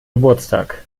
geburtstag